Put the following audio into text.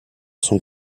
sont